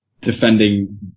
defending